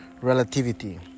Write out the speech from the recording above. relativity